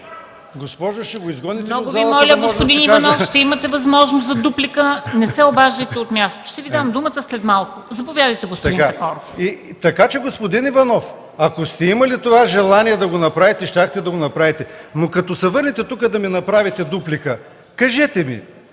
Много Ви моля, господин Иванов! Ще имате възможност за дуплика – не се обаждайте от място. Ще Ви дам думата след малко. Заповядайте, господин Такоров. РУМЕН ТАКОРОВ: Така че, господин Иванов, ако сте имали желание да го направите, щяхте да го направите. Но като се върнете тук за дуплика, кажете ми